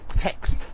text